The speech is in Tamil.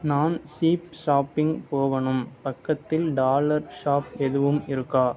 நான் சீப் ஷாப்பிங் போகணும் பக்கத்தில் டாலர் ஷாப் எதுவும் இருக்கா